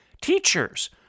Teachers